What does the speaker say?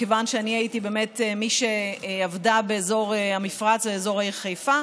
כיוון שאני הייתי מי שעבדה באזור המפרץ ובאזור חיפה.